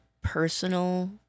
personal